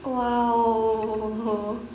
!wow!